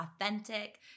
authentic